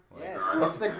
Yes